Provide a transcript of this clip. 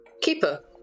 keeper